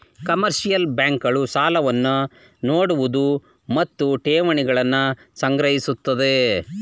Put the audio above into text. commercial bank ಗಳು ಸಾಲವನ್ನು ನೋಡುವುದು ಮತ್ತು ಠೇವಣಿಯನ್ನು ಸಂಗ್ರಹಿಸುತ್ತದೆ